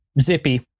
Zippy